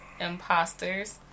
Imposters